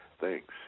Thanks